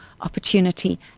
opportunity